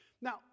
Now